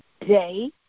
day